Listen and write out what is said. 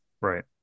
Right